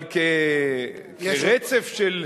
אבל כרצף של,